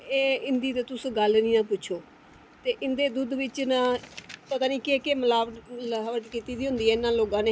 ते एह् इंदी तुस गल्ल गै निं पुच्छो ते इंदे दुद्ध बिच ना ते मतलब केह् मलावट कीती दी होंदी ऐ इन्ने लोकां नै